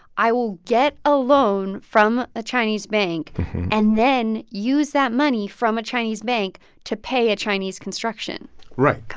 i will get a loan from a chinese bank and then use that money from a chinese bank to pay a chinese construction company right.